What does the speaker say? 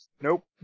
Nope